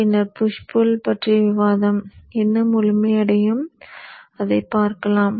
பின்னர் push pull பற்றிய விவாதம் இன்னும் முழுமையடையும் அதைப் பார்க்கலாம்